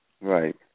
Right